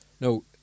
No